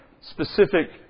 specific